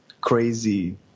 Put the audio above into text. crazy